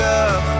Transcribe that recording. up